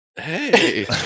hey